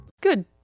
Good